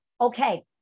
okay